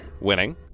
winning